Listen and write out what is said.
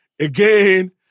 again